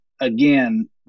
again